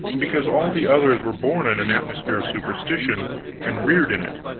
because all the others were born in an atmosphere of superstition and reared in it.